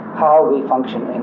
how we function in